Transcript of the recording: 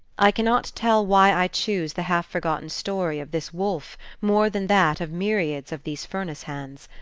i cannot tell why i choose the half-forgotten story of this wolfe more than that of myriads of these furnace-hands.